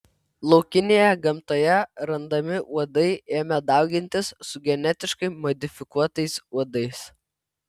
laukinėje gamtoje randami uodai ėmė daugintis su genetiškai modifikuotais uodais